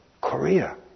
Korea